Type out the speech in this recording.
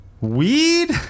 Weed